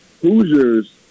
Hoosiers